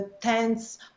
tens